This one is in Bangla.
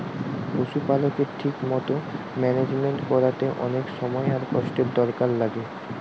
পশুপালকের ঠিক মতো ম্যানেজমেন্ট কোরতে অনেক সময় আর কষ্টের দরকার লাগে